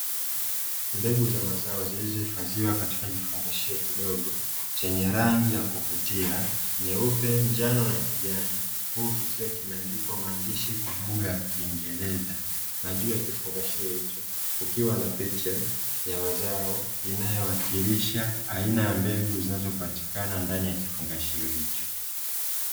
Mbegu za mazazo zilizohifadhiwa katika kifungashio kidogo chenye rangi ya kuvutia: nyeupe, njano na kijani; huku kikiwa kimeandikwa maandishi kwa lugha ya kingereza, na juu na kifungashio hicho kukiwa na picha ya mazao inayowakilisha aina ya mbegu zinazopatikana ndani ya kifungashio hicho.